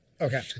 okay